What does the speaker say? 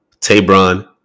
Tabron